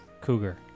Cougar